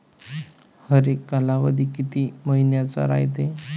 हरेक कालावधी किती मइन्याचा रायते?